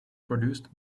produced